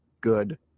good